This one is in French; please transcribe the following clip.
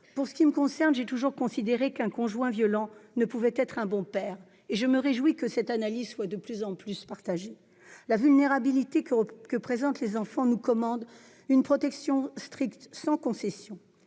Pour ce qui me concerne, j'ai toujours considéré qu'un conjoint violent ne pouvait pas être un bon père, et je me réjouis que cette analyse soit de plus en plus largement partagée. La vulnérabilité des enfants nous commande de prévoir une protection stricte, sans concession.